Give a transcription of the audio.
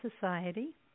society